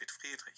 Friedrich